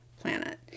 planet